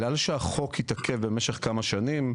שהחוק התעכב במשך כמה שנים,